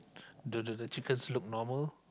the the the chicken look normal